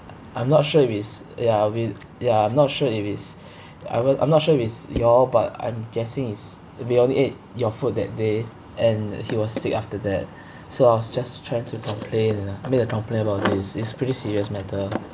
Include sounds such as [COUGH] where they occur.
I'm not sure if it's ya we ya I'm not sure if it's [BREATH] I will I'm not sure if it's you all but I'm guessing is we only ate your food that day and he was sick after that [BREATH] so I was just trying to complain ah make a complain about this it's pretty serious matter